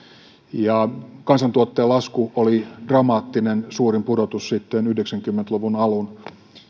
kansantuotteen lasku oli dramaattinen suurin pudotus sitten yhdeksänkymmentä luvun alun